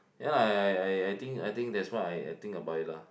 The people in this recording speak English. ya lah I I I think I think that's what I think about it lah